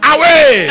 Away